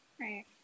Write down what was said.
Right